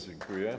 Dziękuję.